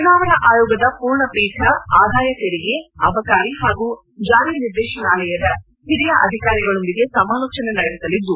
ಚುನಾವಣಾ ಆಯೋಗದ ಪೂರ್ಣ ಪೀಠ ಆದಾಯ ತೆರಿಗೆ ಅಬಕಾರಿ ಹಾಗೂ ಜಾರಿ ನಿರ್ದೇಶನಾಲಯದ ಹಿರಿಯ ಅಧಿಕಾರಿಗಳೊಂದಿಗೆ ಸಮಾಲೋಚನೆ ನಡೆಸಲಿದ್ದು